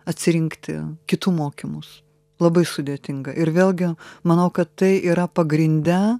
atsirinkti kitų mokymus labai sudėtinga ir vėlgi manau kad tai yra pagrinde